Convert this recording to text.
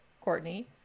Courtney